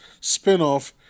spinoff